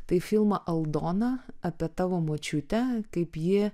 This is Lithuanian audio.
tai filmą aldona apie tavo močiutę kaip ji